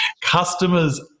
Customers